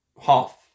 half